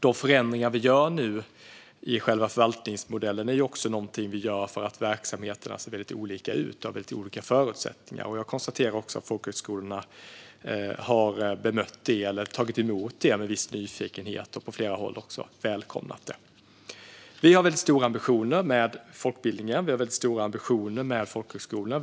De förändringar vi nu gör i själva förvaltningsmodellen är någonting vi gör för att verksamheterna ser väldigt olika ut och har olika förutsättningar. Jag konstaterar också att folkhögskolorna har tagit emot detta med viss nyfikenhet och på flera håll också välkomnat det. Vi har stora ambitioner med folkbildningen, och vi har stora ambitioner med folkhögskolorna.